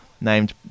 named